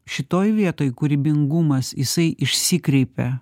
šitoj vietoj kūrybingumas jisai išsikreipia